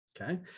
okay